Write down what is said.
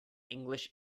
english